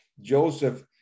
joseph